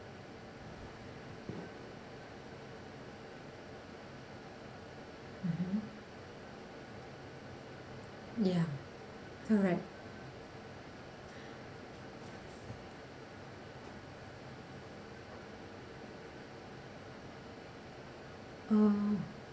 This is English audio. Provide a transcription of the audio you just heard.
mmhmm ya correct uh